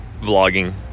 vlogging